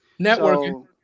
networking